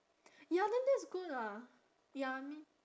ya then that's good ah ya I mean